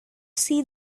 see